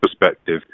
perspective